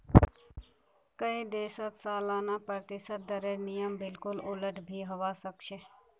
कई देशत सालाना प्रतिशत दरेर नियम बिल्कुल उलट भी हवा सक छे